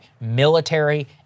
military